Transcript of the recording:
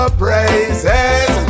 praises